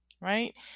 Right